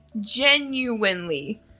genuinely